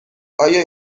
آیا